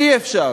אי-אפשר